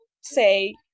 say